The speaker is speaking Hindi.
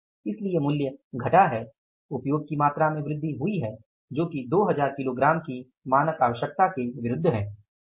इसलिए मूल्य घटा है उपयोग की मात्रा में वृद्धि हुई है जो कि 2000 किग्रा की मानक आवश्यकता के विरुद्ध है